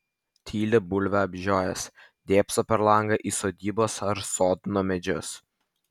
tyli bulvę apžiojęs dėbso per langą į sodybos ar sodno medžius